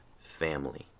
family